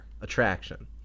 attraction